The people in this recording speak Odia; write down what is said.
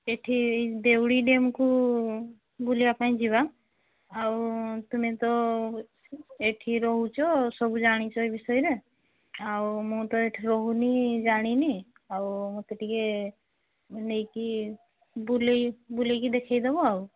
ଏଠି ଦେଉଳି ଡ୍ୟାମ୍କୁ ବୁଲିବା ପାଇଁ ଯିବା ଆଉ ତୁମେ ତ ଏଠି ରହୁଛ ସବୁ ଜାଣିଛ ଏ ବିଷୟରେ ଆଉ ମୁଁ ତ ଏଠି ରହୁନି ଜାଣିନି ଆଉ ମୋତେ ଟିକେ ନେଇକି ବୁଲାଇ ବୁଲାଇକି ଦେଖାଇ ଦବ ଆଉ